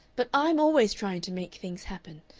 but i'm always trying to make things happen.